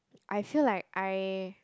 I feel like I